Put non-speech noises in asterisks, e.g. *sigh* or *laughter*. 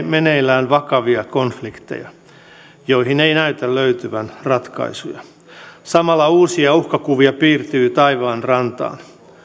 *unintelligible* meneillään vakavia konflikteja joihin ei näytä löytyvän ratkaisuja samalla uusia uhkakuvia piirtyy taivaanrantaan